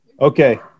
Okay